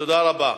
תודה רבה.